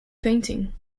painting